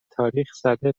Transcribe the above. تاریخزده